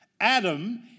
Adam